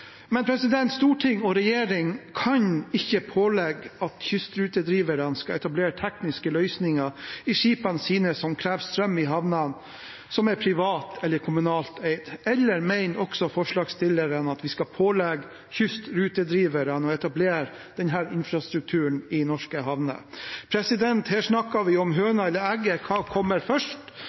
Men storting og regjering kan ikke pålegge at kystrutedriverne skal etablere tekniske løsninger i skipene sine som krever strøm i havner som er privat eller kommunalt eide. Eller mener forslagsstillerne også at vi skal pålegge kystrutedriverne å etablere denne infrastrukturen i norske havner? Her snakker vi om høna og egget, hva som kommer først.